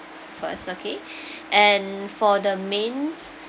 first okay and for the mains